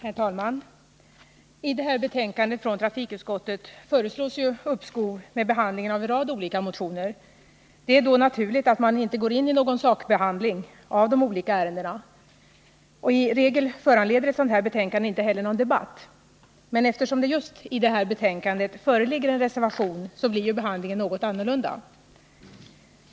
Herr talman! I det här betänkandet från trafikutskottet föreslås uppskov med behandlingen av en rad olika motioner. Det är då naturligt att man inte går in i någon sakbehandling av de olika ärendena. Och i regel föranleder ett sådant här betänkande inte heller någon debatt. Men eftersom just till detta betänkande är fogad en reservation blir behandlingen något annorlunda.